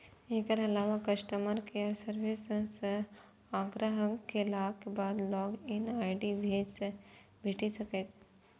एकर अलावा customer care service सं आग्रह केलाक बाद लॉग इन आई.डी भेटि सकैए